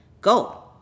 Go